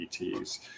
ETs